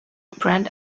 brand